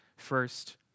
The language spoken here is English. First